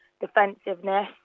defensiveness